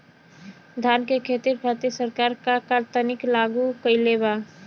धान क खेती खातिर सरकार का का तकनीक लागू कईले बा?